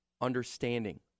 understanding